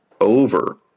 over